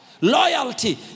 Loyalty